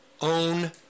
own